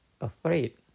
afraid